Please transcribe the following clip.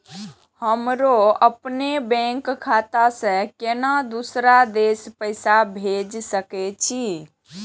हमरो अपने बैंक खाता से केना दुसरा देश पैसा भेज सके छी?